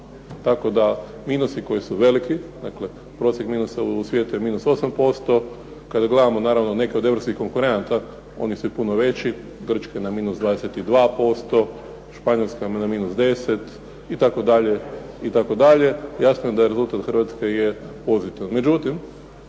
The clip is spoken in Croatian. Tako da minusi koji su veliki, prosjek minusa u svijetu je minus 8%. Kada gledamo naravno neke od europskih konkurenata, oni su i puno već. Grčka je na minus 22%, Španjolska na minus 10 itd. Jasno da je rezultat Hrvatske pozitivan.